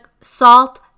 salt